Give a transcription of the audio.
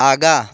आगाँ